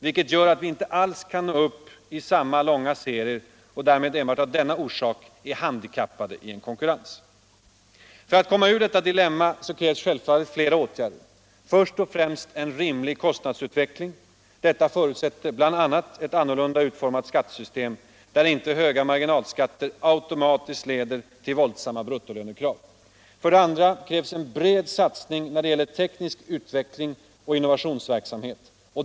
vilket gör att vi inte alls kan nå upp till samma långa serier och därmed även av denna orsak är handikappade i en konkurrens. För att komma ur detta dilemma krävs självfallet flera åtgärder. först och främst en rimlig kostnadsutveckling. Det förutsätter bl.a. ett annortunda utformat skattesystem, där inte höga marginalskatter automatiskt leder till våldsamma bruttolönekrav. För det andra krävs en bred satsning när det gäller teknisk utveckling och innovationsverksamhet.